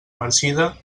marcida